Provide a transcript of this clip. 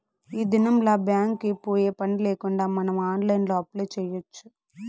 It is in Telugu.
ఈ దినంల్ల బ్యాంక్ కి పోయే పనిలేకుండా మనం ఆన్లైన్లో అప్లై చేయచ్చు